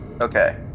Okay